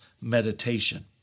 meditation